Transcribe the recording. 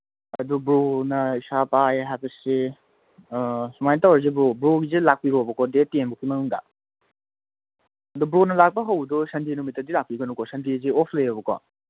ꯑꯗꯨ ꯕ꯭ꯔꯣꯅ ꯏꯁꯥ ꯄꯥꯏ ꯍꯥꯏꯕꯁꯤ ꯁꯨꯃꯥꯏꯅ ꯇꯧꯔꯁꯤ ꯕ꯭ꯔꯣ ꯕ꯭ꯔꯣꯒꯤꯁꯦ ꯂꯥꯛꯄꯤꯔꯣꯕꯀꯣ ꯗꯦꯠ ꯇꯦꯟ ꯐꯥꯎꯕꯒꯤ ꯃꯅꯨꯡꯗ ꯑꯗꯨ ꯕ꯭ꯔꯣꯅ ꯂꯥꯛꯄ ꯍꯧꯕꯗꯣ ꯁꯟꯗꯦ ꯅꯨꯃꯤꯠꯇꯗꯤ ꯂꯥꯛꯄꯤꯒꯅꯨꯀꯣ ꯁꯟꯗꯦꯁꯤ ꯑꯣꯐ ꯂꯩꯌꯦꯕꯀꯣ